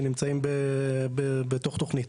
שנמצאים בתוך תוכנית.